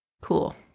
Cool